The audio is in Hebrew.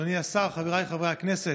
אדוני השר, חבריי חברי הכנסת,